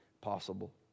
possible